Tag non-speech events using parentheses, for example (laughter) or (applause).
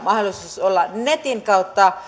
mahdollisuus netin kautta (unintelligible)